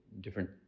different